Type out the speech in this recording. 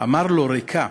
אמר לו: ריקא,